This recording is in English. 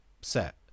set